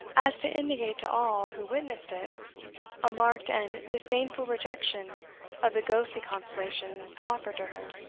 as to indicate to all who witnessed it a marked and disdainful rejection of the ghostly consolation proffered to her.